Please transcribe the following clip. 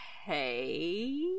hey